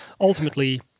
ultimately